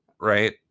right